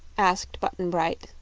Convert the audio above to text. asked button-bright,